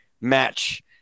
match